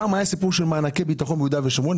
פעם היה סיפור של מענקי ביטחון ביהודה ושומרון,